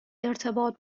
ارتباط